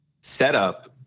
setup